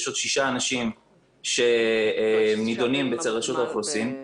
יש עוד שישה אנשים שנידונים אצל רשות האוכלוסין.